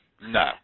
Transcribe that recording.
No